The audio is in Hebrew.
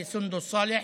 תודה לסונדוס סאלח,